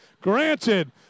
granted